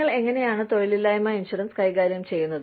നിങ്ങൾ എങ്ങനെയാണ് തൊഴിലില്ലായ്മ ഇൻഷുറൻസ് കൈകാര്യം ചെയ്യുന്നത്